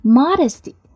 modesty